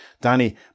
Danny